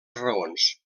raons